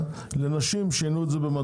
ואני בעיקר רוצה לדבר אליהם.